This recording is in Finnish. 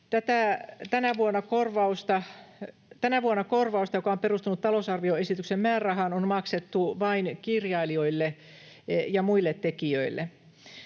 Tänä vuonna korvausta, joka on perustunut talousarvioesityksen määrärahaan, on maksettu vain kirjailijoille ja muille tekijöille.